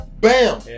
Bam